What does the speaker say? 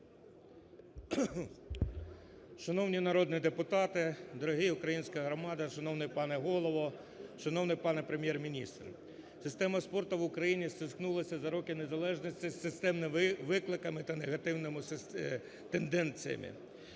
Шановні народні депутати, дорога українська громада, шановний пане Голово, шановний пане Прем'єр-міністр! Система спорту в Україні зіткнулася за роки незалежності з системними викликами та негативними тенденціями.